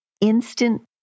instant